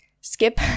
skip